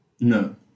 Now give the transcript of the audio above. No